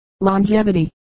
longevity